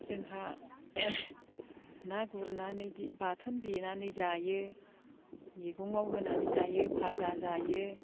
जोंहा ना गुरनानै बाथोन देनानै जायो मैगङाव होनानै जायो भाजा जायो